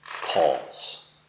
calls